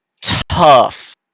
tough